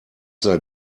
sei